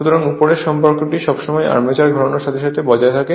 সুতরাং উপরের সম্পর্কটি সবসময় আর্মেচার ঘোরানোর সাথে সাথে বজায় থাকে